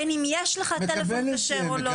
בין אם יש לך טלפון כשר או לא,